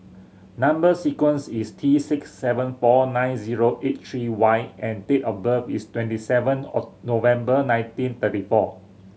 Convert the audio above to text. number sequence is T six seven four nine zero eight three Y and date of birth is twenty seven November nineteen thirty four